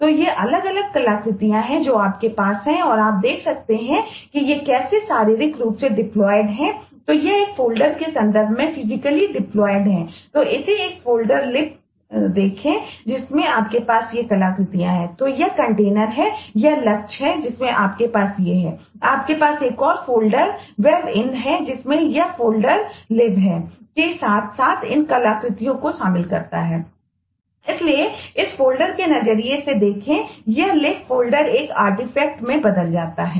तो ये अलग अलग कलाकृतियां हैं जो आपके पास हैं और आप देख सकते हैं कि ये कैसे शारीरिक रूप से डिप्लॉयड में बदल जाता है